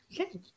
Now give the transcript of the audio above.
okay